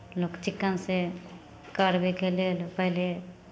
लोक चिक्कनसँ करबैके लेल पहिले